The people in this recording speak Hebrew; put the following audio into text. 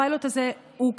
הפיילוט הזה כולל,